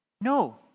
no